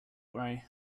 worry